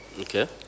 Okay